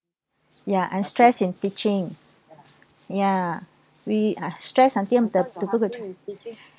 ya and stress in teaching ya we are stressed until the